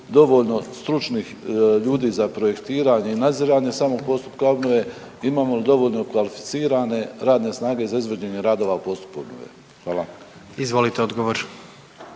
dovoljno stručnih ljudi za projektiranje i nadziranje samog postupka obnove, imamo li dovoljno kvalificirane radne snage za izvođenje radova u postupku obnove. Hvala. **Jandroković,